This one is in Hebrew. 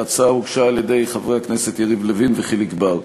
ההצעה הוגשה על-ידי חברי הכנסת יריב לוין וחיליק בר.